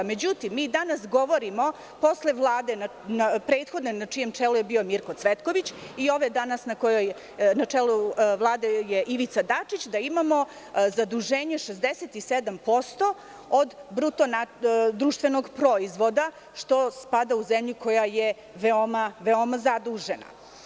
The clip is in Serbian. Međutim, mi danas govorimo posle Vlade prethodne na čijem čelu je bio Mirko Cvetković i ove danas na čijem čelu je Ivica Dačić da imamo zaduženje 67% od BDP, što spada u zemlje koja je veoma zadužena.